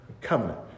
Covenant